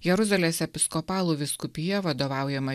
jeruzalės episkopalų vyskupija vadovaujama